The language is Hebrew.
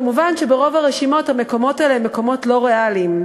מובן שברוב הרשימות המקומות האלה הם מקומות לא ריאליים.